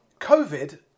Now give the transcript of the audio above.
Covid